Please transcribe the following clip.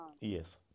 Yes